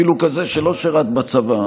ואפילו כזה שלא שירת בצבא,